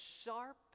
sharp